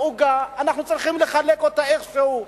אנחנו צריכים לחלק אותה איכשהו,